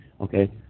okay